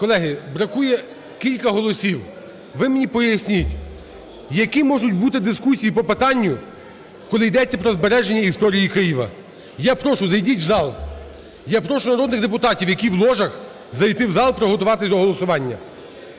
Колеги, бракує кілька голосів. Ви мені поясніть, які можуть бути дискусії по питанню, коли йдеться про збереження історії Києва? Я прошу, зайдіть в зал. Я прошу народних депутатів, які в ложах, зайти в зал, приготуватись до голосування.